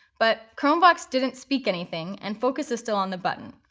but chromevox didn't speak anything, and focus is still on the button.